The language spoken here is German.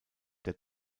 der